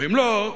ואם לא,